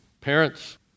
Parents